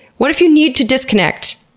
what if you need to disconnect?